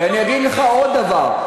ואני אגיד לך עוד דבר.